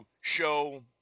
show